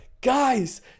guys